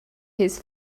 his